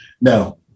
No